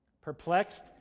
Perplexed